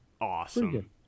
Awesome